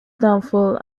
downfall